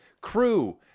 Crew